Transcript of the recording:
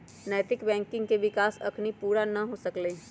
नैतिक बैंकिंग के विकास अखनी पुरा न हो सकलइ ह